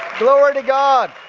glory to god.